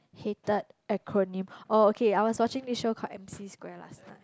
hated acronym oh okay I was watching this show called m_c square last time